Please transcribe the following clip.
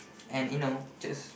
and you know just